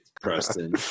Preston